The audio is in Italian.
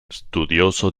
studioso